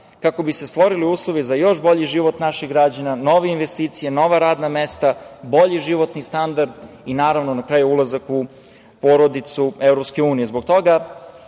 kako bi se stvorili uslovi za još bolji život naših građana, nove investicije, nova radna mesta, bolji životni standard i naravno, na kraju, ulazak u porodicu EU.Zbog toga